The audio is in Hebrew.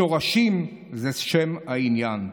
שורשים זה שם העניין.